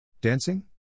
Dancing